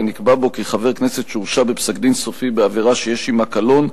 ונקבע בו כי חבר הכנסת שהורשע בפסק-דין סופי בעבירה שיש עמה קלון,